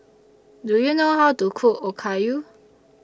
Do YOU know How to Cook Okayu